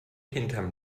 hinterm